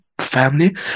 family